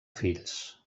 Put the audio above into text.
fills